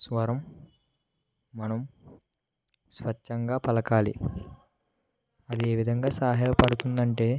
స్వరం మనం స్వచ్ఛంగా పలకాలి అది ఏ విధంగా సహాయ పడుతుంది అంటే